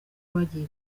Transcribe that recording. bagiye